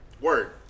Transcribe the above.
Word